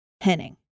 Henning